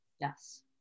Yes